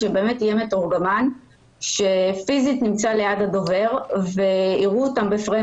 שיהיה מתורגמן שנמצא פיזית ליד הדובר ויראו אותם בפריים